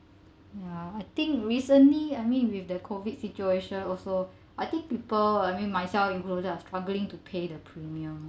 ya I think recently I mean with the COVID situation also I think people I mean myself included are struggling to pay the premium